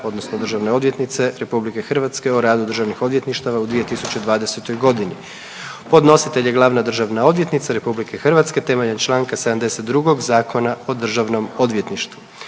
odnosno državne odvjetnice RH o radu državnih odvjetništava u 2020. godini Podnositelj je glavna državna odvjetnica RH temeljem Članka 72. Zakona o državnom odvjetništvu.